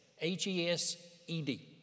H-E-S-E-D